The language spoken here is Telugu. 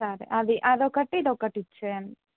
సరే అది అది ఒకటి ఇది ఒకటి ఇచ్చేయండి